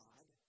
God